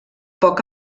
poc